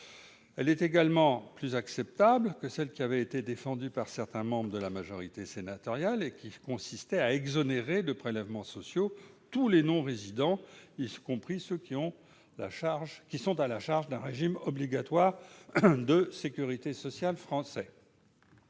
Cette solution est plus acceptable que celle, défendue par certains membres de la majorité sénatoriale, qui consistait à exonérer de prélèvements sociaux tous les non-résidents, y compris ceux qui sont à la charge d'un régime obligatoire de sécurité sociale français.